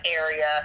area